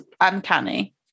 uncanny